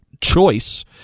choice